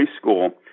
school